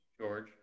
George